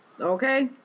Okay